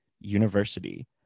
University